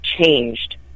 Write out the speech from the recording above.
changed